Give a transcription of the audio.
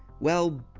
well,